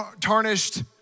tarnished